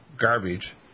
garbage